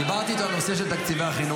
דיברתי איתו על נושא של תקציבי החינוך,